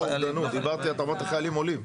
את אמרת על חיילים עולים.